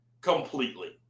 completely